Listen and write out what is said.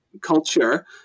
culture